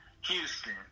Houston